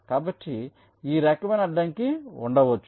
కాబట్టి ఈ రకమైన అడ్డంకి ఉండవచ్చు